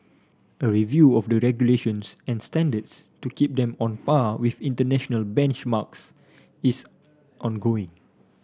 a review of the regulations and standards to keep them on par with international benchmarks is ongoing